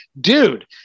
dude